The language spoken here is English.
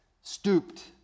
stooped